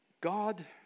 God